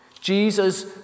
Jesus